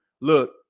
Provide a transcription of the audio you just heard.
Look